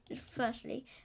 firstly